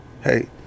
Hey